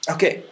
Okay